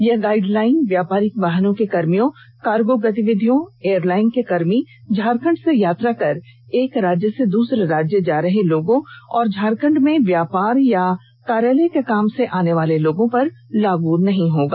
यह गाइडलाइन व्यापारिक वाहनों के कर्मियों कार्गो गतिविधियों एयरलाइन के कर्मी झारखंड से यात्रा कर एक राज्य से दूसरे राज्य जा रहे लोगों और झारखंड़ में व्यापार या कार्यालय के काम से आनेवाले लोगों पर लागू नहीं होगा